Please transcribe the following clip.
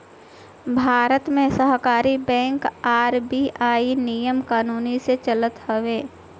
भारत के सहकारी bank RBI नियम कानून से चलत हवे